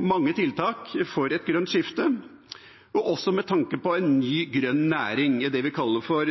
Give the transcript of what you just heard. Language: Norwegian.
mange tiltak for et grønt skifte, og også med tanke på en ny grønn næring – det vi kaller for